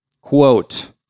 quote